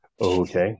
Okay